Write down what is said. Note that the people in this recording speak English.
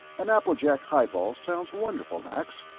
an applejack highball sounds wonderful, max.